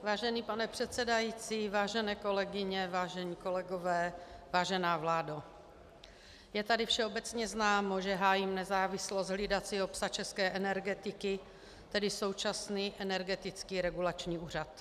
Vážený pane předsedající, vážené kolegyně, vážení kolegové, vážená vládo, je tady všeobecně známo, že hájím nezávislost hlídacího psa české energetiky, tedy současný Energetický regulační úřad.